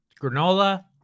granola